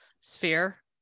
sphere